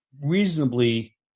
reasonably